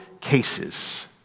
cases